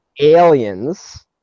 Aliens